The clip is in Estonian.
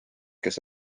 kes